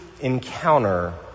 encounter